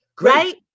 right